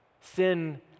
Sin